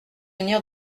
venir